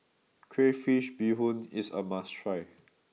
Crayfish Beehoon is a must try